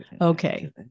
Okay